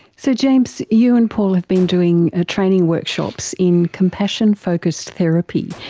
so james, you and paul have been doing ah training workshops in compassion focused therapy.